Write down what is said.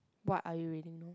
what are you reading now